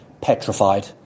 petrified